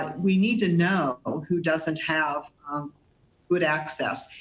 we need to know who doesn't have good access.